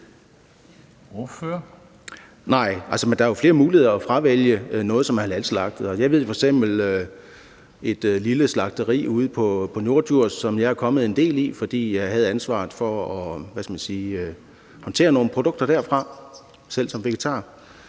der er flere muligheder for at fravælge noget, som er halalslagtet. Jeg kender f.eks. et lille slagteri ude på Norddjurs, som jeg er kommet en del i, fordi jeg havde ansvaret for at håndtere nogle produkter derfra – selv som vegetar.